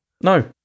No